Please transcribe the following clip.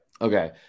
Okay